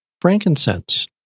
frankincense